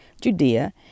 judea